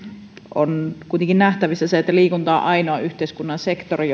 on kuitenkin nähtävissä se että liikunta on ainoa yhteiskunnan sektori